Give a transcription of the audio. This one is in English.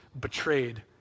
betrayed